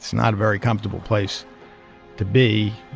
not a very comfortable place to be,